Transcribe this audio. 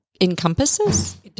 encompasses